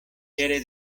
quiere